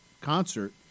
concert